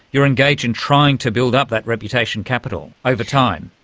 you're engaged in trying to build up that reputation capital over time.